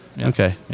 Okay